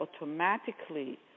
automatically